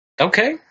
Okay